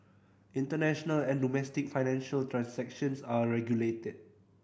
international and domestic financial transactions are regulated